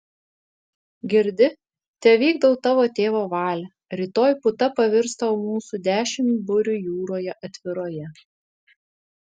girdi tevykdau tavo tėvo valią rytoj puta pavirs tau mūsų dešimt burių jūroje atviroje